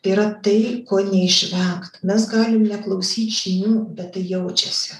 tai yra tai ko neišvengt mes galim neklausyt žinių bet tai jaučiasi